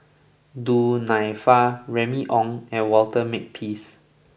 Du Nanfa Remy Ong and Walter Makepeace